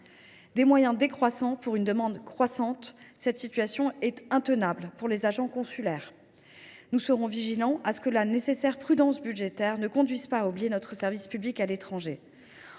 pas de répondre à une demande croissante, la situation est intenable pour les agents consulaires. Nous serons donc vigilants à ce que la nécessaire prudence budgétaire ne conduise pas à oublier notre service public à l’étranger.